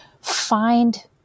find